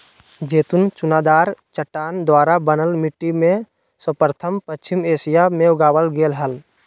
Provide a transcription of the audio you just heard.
जैतून चुनादार चट्टान द्वारा बनल मिट्टी में सर्वप्रथम पश्चिम एशिया मे उगावल गेल हल